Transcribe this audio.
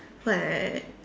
what